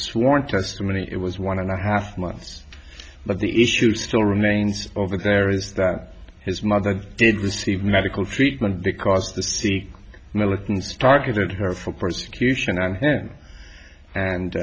sworn testimony it was one and a half months but the issue still remains of that there is that his mother did receive medical treatment because the sikh militants targeted her for persecution on him and